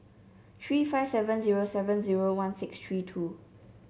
three five seven zero seven zero one six three two